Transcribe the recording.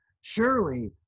surely